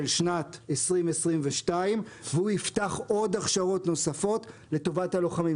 שנת 2022 והוא יפתח עוד הכשרות נוספות לטובת הלוחמים.